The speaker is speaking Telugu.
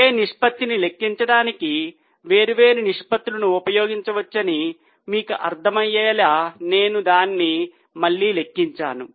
ఒకే నిష్పత్తిని లెక్కించడానికి వేర్వేరు నిష్పత్తులను ఉపయోగించవచ్చని మీకు అర్థమయ్యేలా నేను దాన్ని మళ్ళీ లెక్కించాను